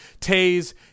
tase